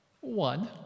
One